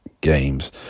games